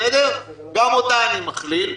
גם אותה אני מכליל,